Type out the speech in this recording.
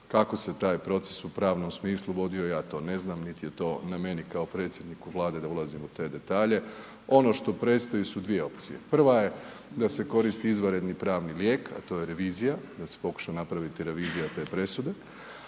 kako se taj proces u pravnom smislu vodio ja to ne znam, niti je to na meni kao predsjedniku Vlade da ulazim u te detalje. Ono što predstoji su 2 opcije, prva je da se koristi izvanredni pravni lijek, a to je revizija, da se pokuša napraviti revizija te presude,